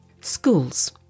Schools